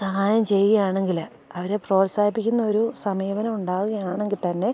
സഹായം ചെയ്യുകയാണെങ്കിൽ അവരെ പ്രോത്സാഹിപ്പിക്കുന്നൊരു സമീപനമോ ഉണ്ടാകുകയാണെങ്കിൽ തന്നെ